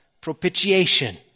propitiation